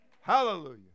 Hallelujah